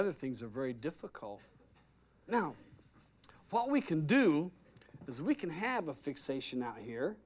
other things are very difficult now what we can do is we can have a fixation out here